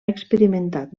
experimentat